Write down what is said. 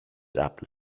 apple